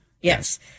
yes